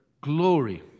glory